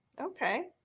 Okay